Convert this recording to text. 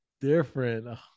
Different